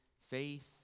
faith